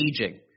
aging